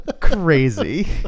crazy